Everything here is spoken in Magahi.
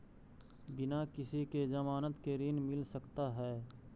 बिना किसी के ज़मानत के ऋण मिल सकता है?